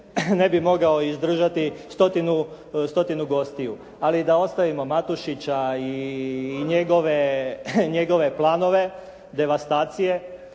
ne bi mogao izdržati stotinu gostiju. Ali da ostavimo Matušića i njegove planove devastacije